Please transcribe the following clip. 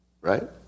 right